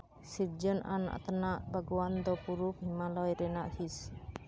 ᱥᱤᱨᱡᱚᱱ ᱟᱱᱟᱜ ᱚᱛᱱᱚᱜ ᱵᱟᱜᱽᱣᱟᱱ ᱫᱚ ᱠᱩᱨᱩᱠᱷ ᱦᱤᱢᱟᱞᱚᱭ ᱨᱮᱱᱟᱜ ᱦᱤᱸᱥ